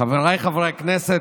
חבריי חברי הכנסת,